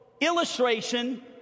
illustration